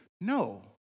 No